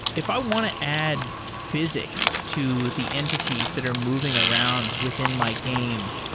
if i want to add physics to the entities that are moving around within my game,